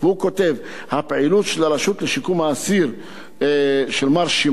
והוא כותב: "הפעילות של הרשות לשיקום האסיר של מר שמעון